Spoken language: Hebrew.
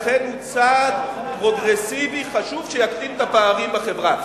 לכן הוא צעד פרוגרסיבי חשוב שיקטין את הפערים בחברה.